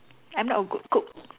I'm not a good cook